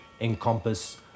encompass